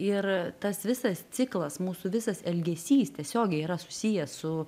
ir tas visas ciklas mūsų visas elgesys tiesiogiai yra susijęs su